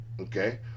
Okay